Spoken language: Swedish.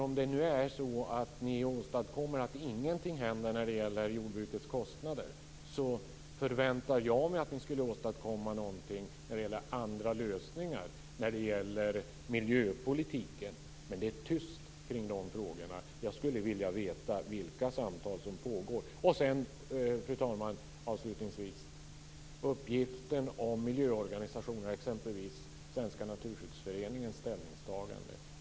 Om det nu är så att ni inte åstadkommer att någonting händer när det gäller jordbrukets kostnader förväntar jag mig att ni åstadkommer någonting när det gäller andra lösningar i miljöpolitiken. Men det är tyst kring de frågorna. Jag skulle vilja veta vilka samtal som pågår. Fru talman! Avslutningsvis vill jag ta upp frågan om miljöorganisationerna och exempelvis uppgiften om Svenska naturskyddsföreningens ställningstagande.